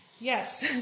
Yes